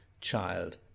child